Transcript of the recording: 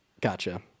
Gotcha